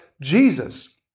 Jesus